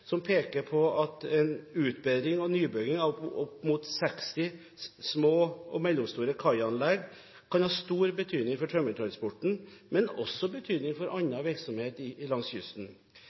som peker på at en utbedring og nybygging av opp mot 60 små og mellomstore kaianlegg kan ha stor betydning for tømmertransporten, men også betydning for annen virksomhet langs kysten. Mitt departement har i